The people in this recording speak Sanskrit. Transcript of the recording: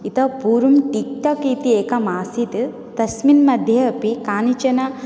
इतःपूर्वं टिक्टाक् इति एकम् असीत् तस्मिन् मध्ये अपि कानिचन